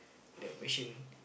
that patient